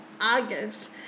August